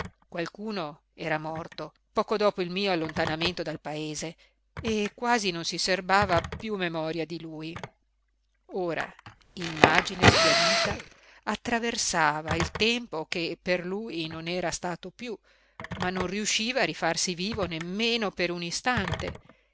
qualcuno era morto poco dopo il mio allontanamento dal paese e quasi non si serbava più memoria di lui ora immagine sbiadita attraversava il tempo che per lui non era stato più ma non riusciva a rifarsi vivo nemmeno per un istante